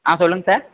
ஆ சொல்லுங்கள் சார்